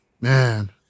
Man